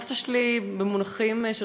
סבתא שלי במונחים של